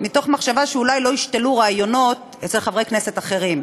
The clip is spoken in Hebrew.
מתוך מחשבה שאולי לא ישתלו רעיונות אצל חברי כנסת אחרים.